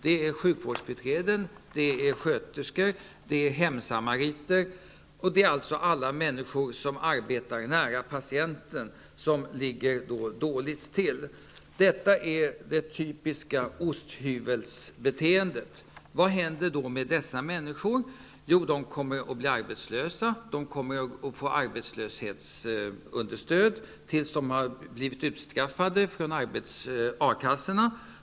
Det gäller sjukvårdsbiträden, sköterskor och hemsamariter. Det är således människor som arbetar nära patienten som ligger dåligt till. Detta är det typiska osthyvelsbeteendet. Vad händer med dessa människor? Jo, de kommer att bli arbetslösa. De kommer att få arbetslöshetsunderstöd tills de blir utförsäkrade från A-kassorna.